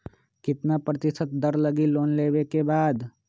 कितना प्रतिशत दर लगी लोन लेबे के बाद?